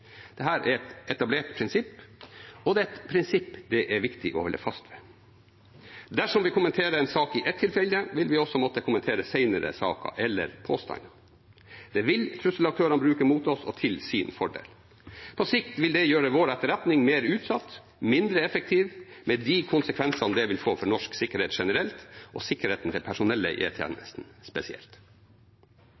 er et etablert prinsipp, og det er et prinsipp det er viktig å holde fast ved. Dersom vi kommenterer en sak i ett tilfelle, vil vi også måtte kommentere senere saker eller påstander. Det vil trusselaktører bruke mot oss til sin fordel. På sikt vil det gjøre vår etterretning mer utsatt og mindre effektiv, med de konsekvensene det vil få for norsk sikkerhet generelt og sikkerheten til personellet